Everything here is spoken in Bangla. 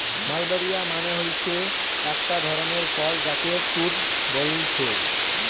মালবেরি মানে হচ্ছে একটা ধরণের ফল যাকে তুত বোলছে